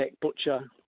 Butcher